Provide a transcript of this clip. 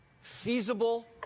feasible